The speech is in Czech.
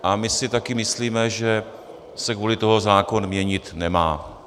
A my si také myslíme, že se kvůli tomu zákon měnit nemá.